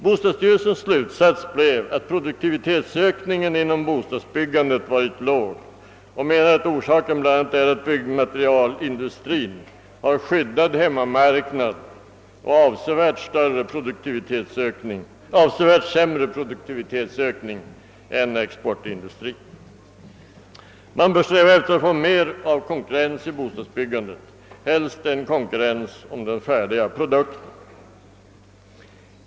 Bostadsstyrelsen har dragit slutsatsen att produktivitetsökningen inom «bostadsbyggandet varit låg och menar att orsaken bl.a. är att byggmaterialindustrin har en skyddad hemmamarknad och en avsevärt sämre produktivitetsökning än exportindustrin. Man bör sträva efter att få mer av konkurrens i bostadsbyggandet, helst en konkurrens om den färdiga produkten.